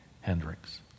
Hendricks